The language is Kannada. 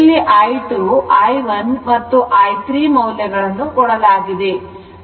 ಇಲ್ಲಿ i2 i1 and i3 ಮೌಲ್ಯಗಳನ್ನು ಕೊಡಲಾಗಿದೆ